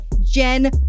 Jen